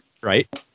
Right